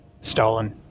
stolen